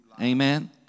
Amen